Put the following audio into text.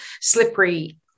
Slippery